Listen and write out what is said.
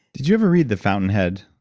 did you ever read the fountainhead?